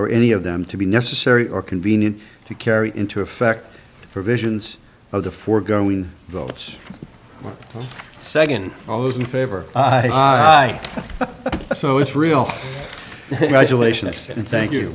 or any of them to be necessary or convenient to carry into effect for visions of the foregoing votes second all those in favor of so it's real